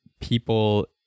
people